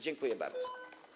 Dziękuję bardzo.